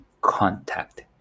contact